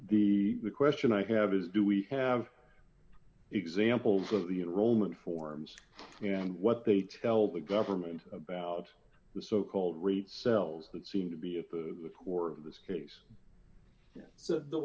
the question i have is do we have examples of the enrollment forms and what they tell the government about the so called rate cells that seem to be at the core of this case so the